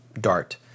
dart